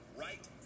right